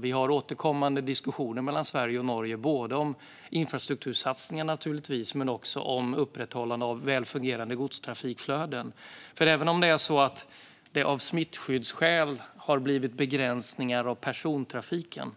Vi har återkommande diskussioner mellan Sverige och Norge, både om infrastruktursatsningar och om upprätthållande av välfungerande godstrafikflöden. Även om det av smittskyddsskäl har blivit begränsningar av persontrafiken,